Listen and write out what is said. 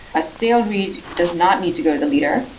a stale read does not need to go to the leader,